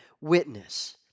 witness